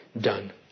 done